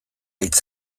hitz